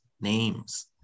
names